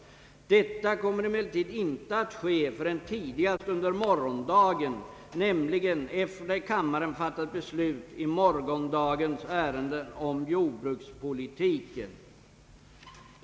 Detta kommer emellertid icke att ske förrän tidigast under morgondagen, nämligen efter det kammaren fattat beslut i morgondagens ärende om jordbrukspolitiken.